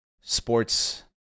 sports